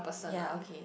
ya okay